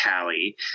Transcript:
Callie